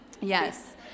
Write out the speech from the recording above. Yes